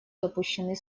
запущенный